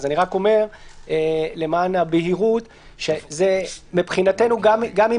אני רק אומר למען הבהירות שמבחינתנו גם אם